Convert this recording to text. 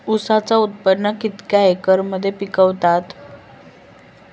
ऊसाचा उत्पादन कितक्या एकर मध्ये पिकवतत?